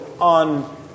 on